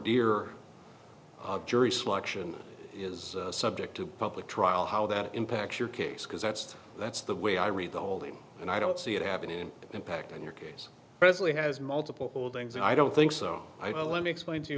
dear jury selection is subject to public trial how that impacts your case because that's just that's the way i read the whole game and i don't see it happening in impact on your case presently has multiple holdings and i don't think so i let me explain to you